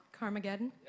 Carmageddon